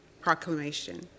Proclamation